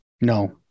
No